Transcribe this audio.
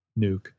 Nuke